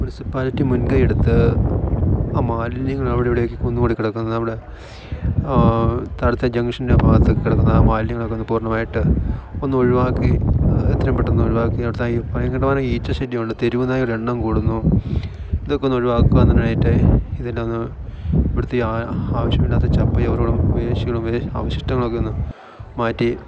municipality മുൻകൈ എടുത്ത് ആ മാലിന്യങ്ങൾ അവിടെ ഇവിടെയൊക്കെ കുന്നു കൂടി കിടക്കുന്നത് അവിടെ തഴത്തെ ജംഗ്ഷൻ്റെ ഭാഗത്തെക്കെ കിടക്കുന്ന ആ മാലിന്യങ്ങളൊക്കെ ഒന്ന് പൂർണ്ണമായിട്ട് ഒന്ന് ഒഴിവാക്കി എത്രയും പെട്ടെന്ന് ഒഴിവാക്കി നടത്താൻ ഈ ഭയം കണ്ടമാനം ഈച്ച ശല്യമുണ്ട് തെരുവുനായയുടെ എണ്ണം കൂടുന്നു ഇതൊക്കെ ഒന്ന് ഒഴിവാക്കുവാന് തന്നെ ആയിട്ട് ഇതെല്ലാം ഒന്ന് ഇവിടുത്തെ ഈ ആയ ആവശ്യമില്ലാത്ത ചപ്പു ചവറുകളും വേസ്റ്റുകളും അവശിഷ്ടങ്ങളൊക്കെ ഒന്നു മാറ്റി